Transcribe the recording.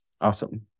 Awesome